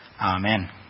Amen